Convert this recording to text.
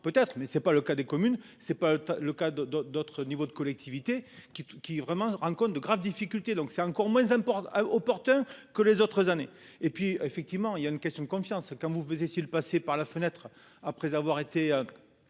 Peut-être mais ce n'est pas le cas des communes, c'est pas le cas de de d'autres niveaux de collectivités qui qui vraiment rencontre de graves difficultés donc c'est encore moins. Opportun que les autres années et puis effectivement il y a une question de confiance comme vous, vous étiez le passer par la fenêtre après avoir été.